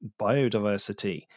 biodiversity